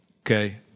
Okay